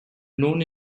known